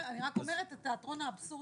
אני רק אומרת את תיאטרון האבסורד.